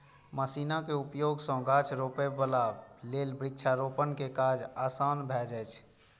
मशीनक उपयोग सं गाछ रोपै बला लेल वृक्षारोपण के काज आसान भए जाइ छै